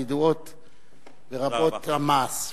ורבות המעש.